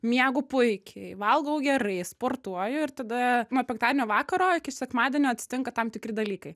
miegu puikiai valgau gerai sportuoju ir tada nuo penktadienio vakaro iki sekmadienio atsitinka tam tikri dalykai